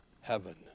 heaven